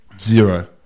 Zero